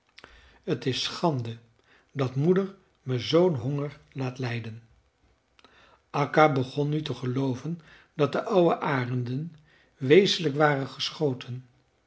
t is schande dat moeder me zoo'n honger laat lijden akka begon nu te gelooven dat de oude arenden wezenlijk waren geschoten